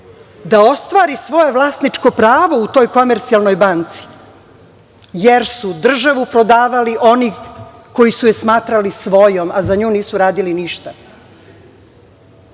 da ostvari svoje vlasničko pravo u toj „Komercijalnoj banci“, jer su državu prodavali oni koji su je smatrali svojom, a za nju nisu radili ništa. Ja